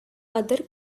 other